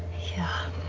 yeah.